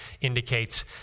indicates